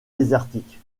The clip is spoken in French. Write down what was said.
désertique